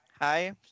Hi